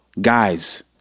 Guys